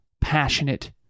passionate